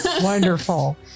Wonderful